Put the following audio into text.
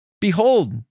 Behold